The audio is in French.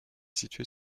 située